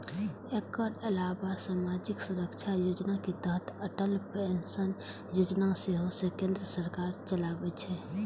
एकर अलावा सामाजिक सुरक्षा योजना के तहत अटल पेंशन योजना सेहो केंद्र सरकार चलाबै छै